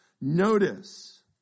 Notice